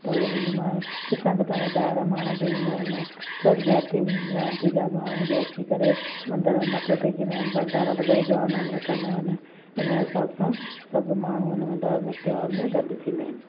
त उन मां किथां किथां जा ॿाहिरां माण्हू बि ईंदा आहिनि सभु जातियुनि वाद जा माण्हू बि अची करे मंदर में मथो टेकींदा आहिनि भंडारा वग़ैरह जो आनंद वठंदा आहिनि इन हिसाब सां सभु माण्हू इन में धार्मिक त्योहार में गॾु थींदा आहिनि